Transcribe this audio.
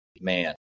man